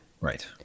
Right